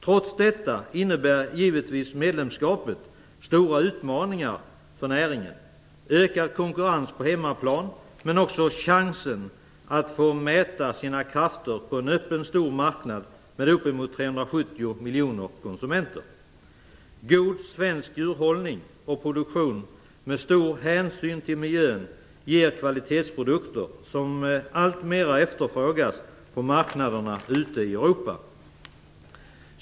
Trots detta innebär givetvis medlemskapet stora utmaningar för näringen, ökad konkurrens på hemmaplan men också chansen att få mäta sina krafter på en öppen stor marknad med uppemot 370 miljoner konsumenter. God svensk djurhållning och produktion med stor hänsyn till miljön ger kvalitetsprodukter som alltmer efterfrågas på marknaderna ute i Europa.